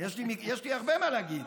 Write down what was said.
יש לי הרבה מה להגיד.